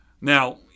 Now